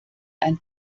ein